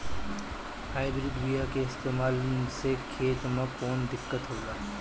Hybrid बीया के इस्तेमाल से खेत में कौन दिकत होलाऽ?